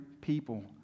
people